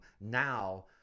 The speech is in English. now